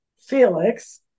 Felix